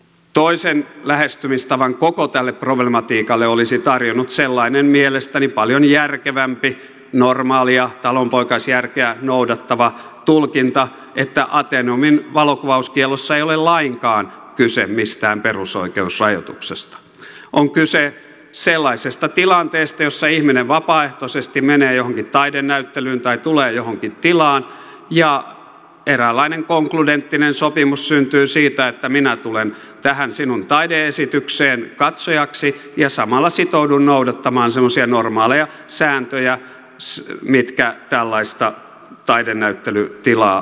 toisen lähestymistavan koko tälle problematiikalle olisi tarjonnut sellainen mielestäni paljon järkevämpi normaalia talonpoikaisjärkeä noudattava tulkinta että ateneumin valokuvauskiellossa ei ole lainkaan kyse mistään perusoikeusrajoituksesta vaan on kyse sellaisesta tilanteesta jossa ihminen vapaaehtoisesti menee johonkin taidenäyttelyyn tai tulee johonkin tilaan ja eräänlainen konkludenttinen sopimus syntyy siitä että minä tulen tähän sinun taide esitykseesi katsojaksi ja samalla sitoudun noudattamaan semmoisia normaaleja sääntöjä mitkä tällaista taidenäyttelytilaa koskevat